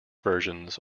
versions